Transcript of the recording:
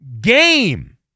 game